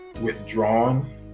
withdrawn